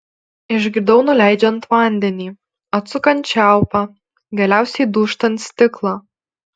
išgirdau nuleidžiant vandenį atsukant čiaupą galiausiai dūžtant stiklą